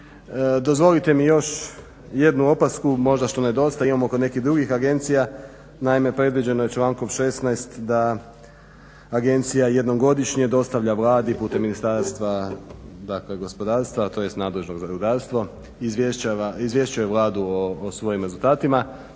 Dozvolite mi još jednu opasku, možda što nedostaje, imamo kod nekih drugih agencija, naime predviđeno je člankom 16 da agencija jednom godišnje dostavlja Vladi putem ministarstva dakle gospodarstva a to jest nadležnog za rudarstvo izvješćuje Vladu o svojim rezultatima.